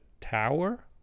tower